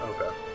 Okay